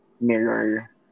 mirror